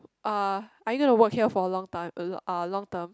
uh are you going to work here for a long time a ah long term